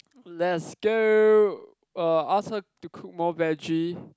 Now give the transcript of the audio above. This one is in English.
let's go uh ask her to cook more vege